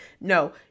no